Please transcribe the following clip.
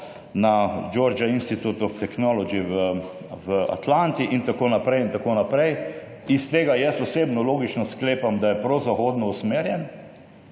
na Georgia Institute of Technology v Atlanti in tako naprej. Iz tega jaz osebno logično sklepam, da je pro-zahodno usmerjen.